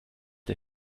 der